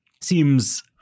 seems